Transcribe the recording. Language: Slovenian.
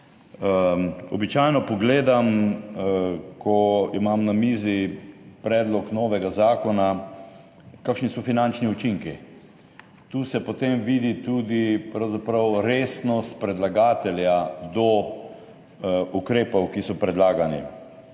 Običajno pogledam, ko imam na mizi predlog novega zakona, kakšni so finančni učinki. Tu se potem vidi tudi pravzaprav resnost predlagatelja do ukrepov, ki so predlagani.